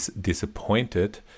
disappointed